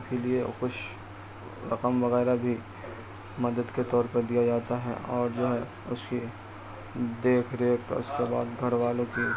اسی لیے کچھ رقم وغیرہ بھی مدد کے طور پہ دیا جاتا ہے اور جو ہے اس کی دیکھ ریکھ اس کے بعد گھر والوں کی